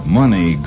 money